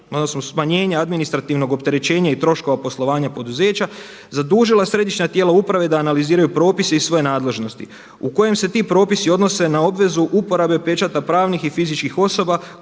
odnosno smanjenje administrativnog opterećenja i troškova poslovanja poduzeća zadužila središnja tijela uprave da analiziraju propise iz svoje nadležnosti u kojem se ti propisi odnose na obvezu uporabe pečata pravnih i fizičkih osoba